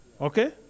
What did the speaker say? Okay